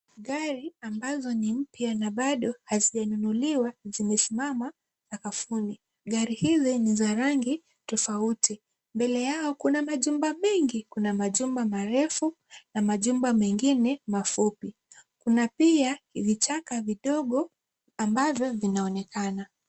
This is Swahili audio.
Gari ambazo ni mpya na bado hazijanunuliwa zimesimama sakafuni. Gari hizi ni za rangi tofauti. Mbele yao kuna majumba mengi, kuna majumba marefu na majumba mengine mafupi. Kuna pia vichaka vidogo ambavyo vinaonekana.